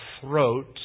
throat